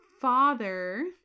father